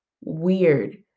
weird